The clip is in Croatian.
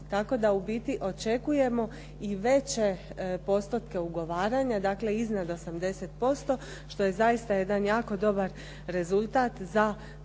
tako da u biti očekujemo i veće postotke ugovaranja, dakle iznad 80% što je zaista jedan jako dobar rezultat za programe